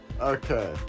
Okay